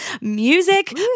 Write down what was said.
music